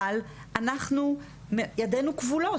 אבל ידינו כבולות,